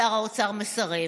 שר האוצר מסרב,